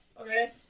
Okay